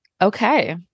Okay